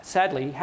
sadly